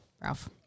Ralph